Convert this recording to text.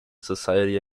society